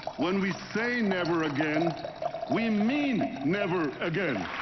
when we say, never again we mean never again!